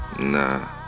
Nah